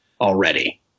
already